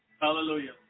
Hallelujah